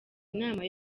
inama